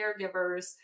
caregivers